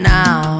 now